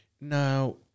Now